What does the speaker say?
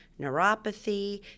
neuropathy